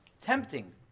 tempting